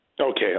Okay